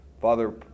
Father